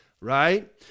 right